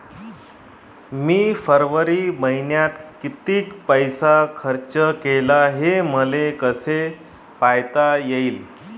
मी फरवरी मईन्यात कितीक पैसा खर्च केला, हे मले कसे पायता येईल?